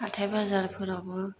हाथाइ बाजारफोरावबो